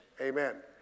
Amen